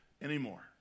anymore